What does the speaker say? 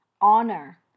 honor